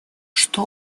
что